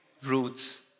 roots